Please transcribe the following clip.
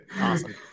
Awesome